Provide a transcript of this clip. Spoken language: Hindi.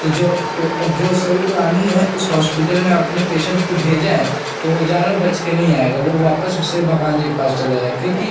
तो जो पे जो स्वरूपरानी है उस होस्पिटल में आपने पेशेंट को भेजा है तो वह जान लो बचकर नहीं आएगा वह वापस उससे भगवान जी के पास चला जाएगा क्योंकि